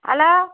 hello